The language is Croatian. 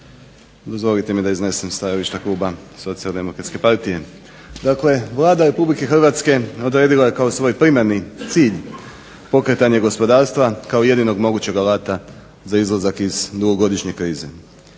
dozvolite mi da iznesem stajališta kluba SDP-a. Dakle Vlada Republike Hrvatske odredila je kao svoj primarni cilj pokretanje gospodarstva kao jedinog mogućeg alata za izlazak iz dugogodišnje krize.